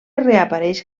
reapareix